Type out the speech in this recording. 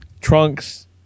Trunks